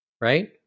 Right